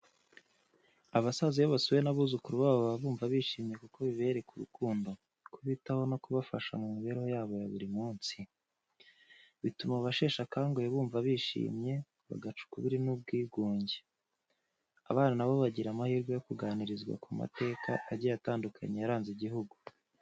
Abasaza iyo basuwe n'abuzukuru babo baba bumva bishimye kuko bibereka urukundo, kubitaho no kubafasha mu mibereho yabo ya buri munsi. Bituma abasheshe akanguhe bumva bishimye, bagaca ukubiri n’ubwigunge. Abana nabo bagira amahirwe yo kuganirizwa ku mateka agiye atandukanye yaranze igihugu.